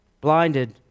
blinded